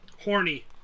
Horny